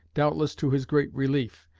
doubtless to his great relief,